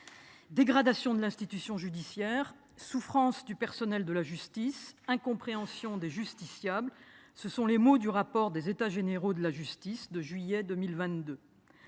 dégradation de l'institution judiciaire »,« souffrance du personnel de la justice »,« incompréhension des justiciables» : ces mots sont issus du rapport du comité des États généraux de la justice de juillet 2022.